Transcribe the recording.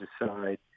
decide